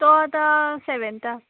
तो आतां सॅवँताक